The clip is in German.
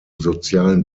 sozialen